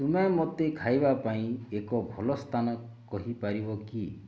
ତୁମେ ମୋତେ ଖାଇବା ପାଇଁ ଏକ ଭଲ ସ୍ଥାନ କହିପାରିବ କି